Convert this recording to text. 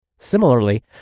Similarly